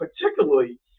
particularly